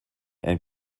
and